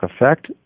effect